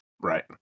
Right